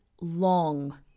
long